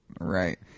right